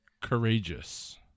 courageous